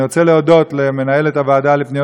אני רוצה להודות למנהלת הוועדה לפניות